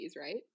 right